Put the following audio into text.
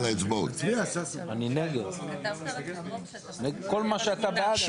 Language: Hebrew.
8 נמנעים, 0 הלאה.